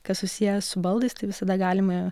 kas susiję su baldais tai visada galima